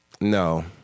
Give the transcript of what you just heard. No